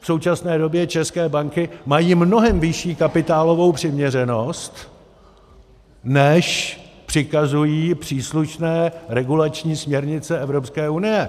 V současné době české banky mají mnohem vyšší kapitálovou přiměřenost, než přikazují příslušné regulační směrnice Evropské unie.